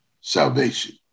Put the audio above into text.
salvation